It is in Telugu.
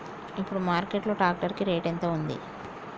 ఇప్పుడు మార్కెట్ లో ట్రాక్టర్ కి రేటు ఎంత ఉంది?